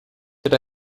did